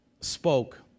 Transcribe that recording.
spoke